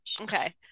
Okay